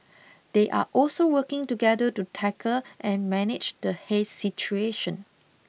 they are also working together to tackle and manage the haze situation